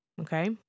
okay